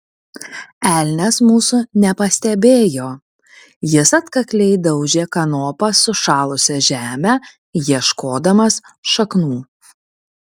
elnias mūsų nepastebėjo jis atkakliai daužė kanopa sušalusią žemę ieškodamas šaknų